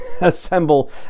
assemble